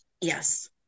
yes